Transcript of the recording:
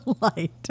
light